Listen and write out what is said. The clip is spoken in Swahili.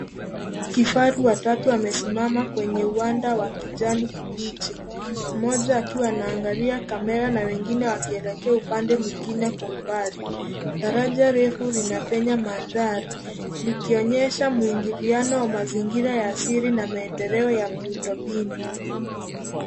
Kifaru watatu wamesimama kwenye uwanda wa kijani kibichi. Mmoja akiwa anaangalia kamera na wengine wakielekea upande mwingine kwa umbali. Daraja refu linapenya mandhari. Likionyesha mwingiliano wa mazingira ya asili na maendeleo ya miundombinu.